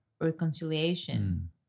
reconciliation